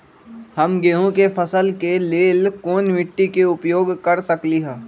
हम गेंहू के फसल के लेल कोन मिट्टी के उपयोग कर सकली ह?